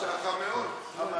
חם מאוד.